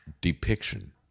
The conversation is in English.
depiction